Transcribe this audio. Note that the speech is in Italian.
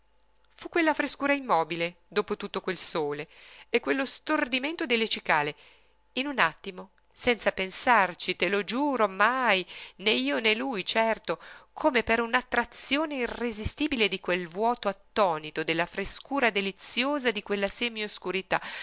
fu quella frescura immobile dopo tutto quel sole e quello stordimento delle cicale in un attimo senza pensarci te lo giuro mai mai né io né lui certo come per un'attrazione irresistibile di quel vuoto attonito della frescura deliziosa di quella